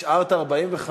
השארת 45 שניות,